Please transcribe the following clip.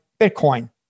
Bitcoin